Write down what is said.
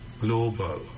global